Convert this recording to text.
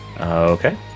okay